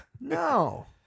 No